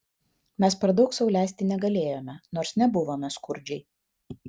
mes per daug sau leisti negalėjome nors nebuvome skurdžiai